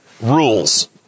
rules